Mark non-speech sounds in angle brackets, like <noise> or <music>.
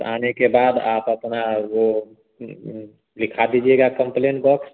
आने के बाद आप अपना वह <unintelligible> दिखा दीजिएगा कंप्लेन बॉक्स